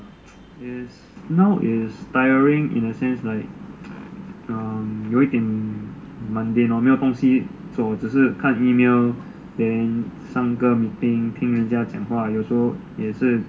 tiring ah now is tiring in a sense like 有一点 mundane lor 没有东西做只是看 email then 上个 meeting 听人家讲话有时候也是